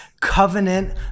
covenant